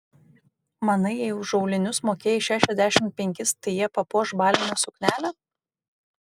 manai jei už aulinius mokėjai šešiasdešimt penkis tai jie papuoš balinę suknelę